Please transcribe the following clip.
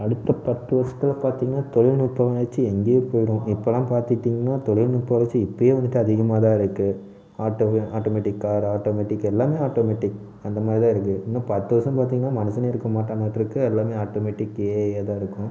அடுத்த பத்து வருஷத்துல பாத்திங்கனா தொழில்நுட்பம் வளர்ச்சி எங்கேயோ போய்ரும் இப்போலாம் பாத்துட்டிங்கனா தொழில்நுட்ப வளர்ச்சி இப்போயே வந்துவிட்டு அதிகமாக தான் இருக்குது ஆட்டோ ஆட்டோமேட்டிக் கார் ஆட்டோமேட்டிக் எல்லாமே ஆட்டோமேட்டிக் அந்த மாதிரி தான் இருக்குது இன்னும் பத்து வருஷம் பாத்திங்கனா மனுஷனே இருக்க மாட்டானாட்ருக்குது எல்லாமே ஆட்டோமேட்டிக் ஏஐயாக தான் இருக்கும்